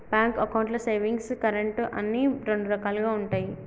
bank అకౌంట్లు savings, current అని రెండు రకాలుగా ఉంటయి